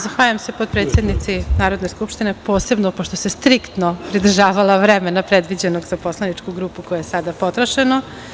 Zahvaljujem se potpredsednici Narodne skupštine, posebno, pošto se striktno pridržavala vremena predviđenog za poslaničku grupu, koje je sada potrošeno.